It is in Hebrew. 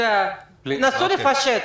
תנסו לפשט.